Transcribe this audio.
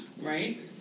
Right